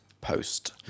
post